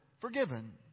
forgiven